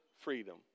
freedom